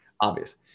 obvious